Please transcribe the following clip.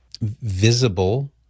visible